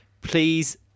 please